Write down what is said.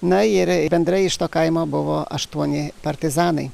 na ir bendrai iš to kaimo buvo aštuoni partizanai